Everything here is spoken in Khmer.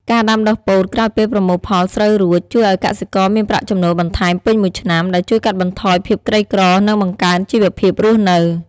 ការដាំដុះពោតក្រោយពេលប្រមូលផលស្រូវរួច ជួយឱ្យកសិករមានប្រាក់ចំណូលបន្ថែមពេញមួយឆ្នាំ ដែលជួយកាត់បន្ថយភាពក្រីក្រ និងបង្កើនជីវភាពរស់នៅ។